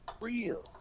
Real